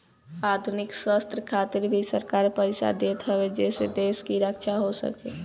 आधुनिक शस्त्र खातिर भी सरकार पईसा देत हवे जेसे देश के रक्षा हो सके